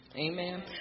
Amen